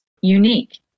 unique